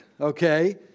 okay